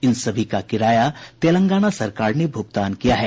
इन सभी का किराया तेलंगाना सरकार ने भुगतान किया है